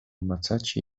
macacie